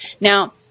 Now